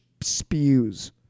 spews